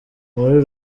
muri